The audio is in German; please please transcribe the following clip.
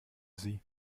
sie